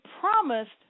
promised